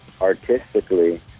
artistically